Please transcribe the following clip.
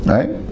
Right